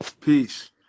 peace